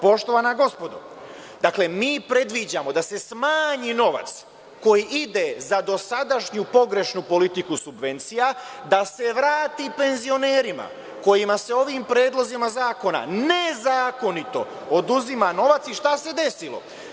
Poštovana gospodo, mi predviđamo da se smanji novac koji ide za dosadašnju pogrešnu politiku subvencija, da se vrati penzionerima kojima se ovim predlozima zakona nezakonito oduzima novac i šta se desilo?